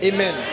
Amen